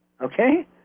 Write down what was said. Okay